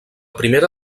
primera